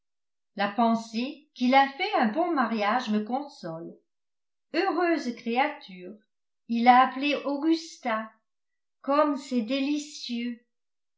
la pensée qu'il a fait un bon mariage me console heureuse créature il l'a appelée augusta comme c'est délicieux